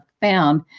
found